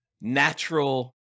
natural